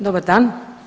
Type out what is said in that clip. Dobar dan.